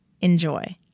Enjoy